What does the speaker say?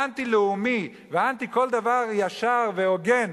האנטי-לאומי והאנטי-כל-דבר-ישר-והוגן,